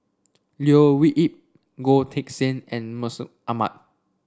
Leo Yip Goh Teck Sian and Mustaq Ahmad